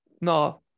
no